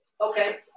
Okay